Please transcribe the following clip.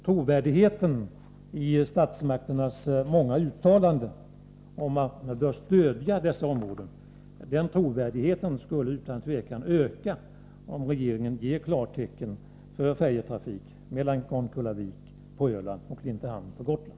Trovärdigheten i statsmakternas många uttalanden om att man bör stödja dessa områden skulle utan tvivel öka om regeringen ger klartecken för färjetrafik mellan Grankullavik på Öland och Klintehamn på Gotland.